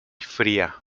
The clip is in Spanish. fría